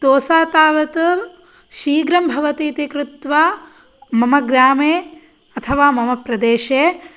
दोसा तावत् शीघ्रं भवतीति कृत्वा मम ग्रामे अथवा मम प्रदेशे